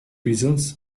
prisons